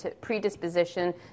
predisposition